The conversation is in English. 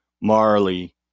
Marley